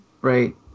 Right